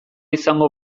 izango